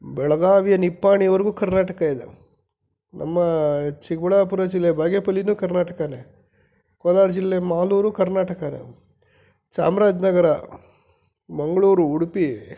ಬೆಳಗಾವಿಯ ನಿಪ್ಪಾಣಿವರೆಗೂ ಕರ್ನಾಟಕ ಇದೆ ನಮ್ಮ ಚಿಕ್ಕಬಳ್ಳಾಪುರ ಜಿಲ್ಲೆ ಬಾಗೇಪಲ್ಲಿಯೂ ಕರ್ನಾಟಕವೇ ಕೋಲಾರ ಜಿಲ್ಲೆ ಮಾಲೂರು ಕರ್ನಾಟಕವೇ ಚಾಮರಾಜನಗರ ಮಂಗಳೂರು ಉಡುಪಿ